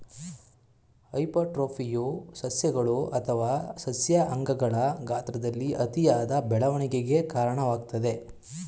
ಹೈಪರ್ಟ್ರೋಫಿಯು ಸಸ್ಯಗಳು ಅಥವಾ ಸಸ್ಯ ಅಂಗಗಳ ಗಾತ್ರದಲ್ಲಿ ಅತಿಯಾದ ಬೆಳವಣಿಗೆಗೆ ಕಾರಣವಾಗ್ತದೆ